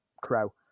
Crow